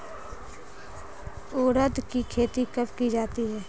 उड़द की खेती कब की जाती है?